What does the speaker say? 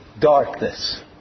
Darkness